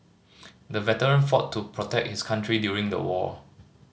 the veteran fought to protect his country during the war